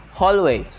hallway